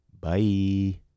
Bye